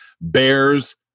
bears